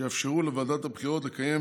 שיאפשרו לוועדת הבחירות לקיים